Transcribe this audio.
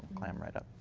clam right up.